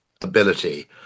ability